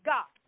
God